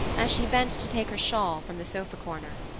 as she bent to take her shawl from the sofa corner.